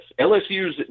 LSU's